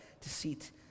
deceit